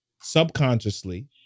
subconsciously